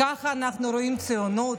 ככה אנחנו רואים ציונות?